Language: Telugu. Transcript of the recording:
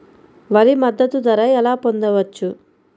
వరి మద్దతు ధర ఎలా పొందవచ్చు?